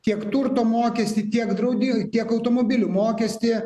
tiek turto mokestį tiek draudi tiek automobilių mokestį